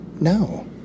No